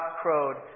crowed